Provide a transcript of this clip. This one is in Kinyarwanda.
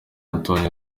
antoine